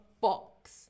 box